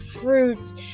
fruits